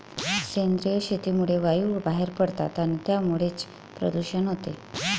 सेंद्रिय शेतीमुळे वायू बाहेर पडतात आणि त्यामुळेच प्रदूषण होते